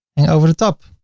and over the top.